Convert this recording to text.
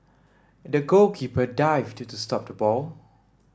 the goalkeeper dived to stop the ball